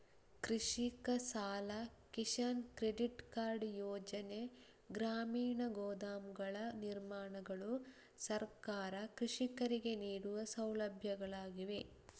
ಕೃಷಿಕ ಸಾಲ, Kisan credit card ಯೋಜನೆ, ಗ್ರಾಮೀಣ ಗೋದಾಮುಗಳ ನಿರ್ಮಾಣಗಳು ಸರ್ಕಾರ ಕೃಷಿಕರಿಗೆ ನೀಡುವ ಸೌಲಭ್ಯಗಳಾಗಿವೆ